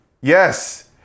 Yes